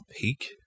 peak